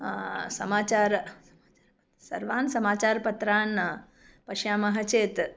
समाचारः सर्वान् समाचारपत्रान् पश्यामः चेत्